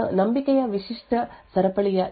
A typical chain of trust looks something like this